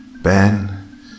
Ben